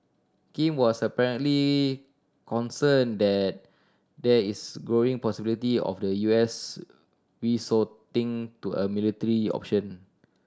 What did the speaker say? Kim was apparently concerned that there is growing possibility of the U S resorting to a military option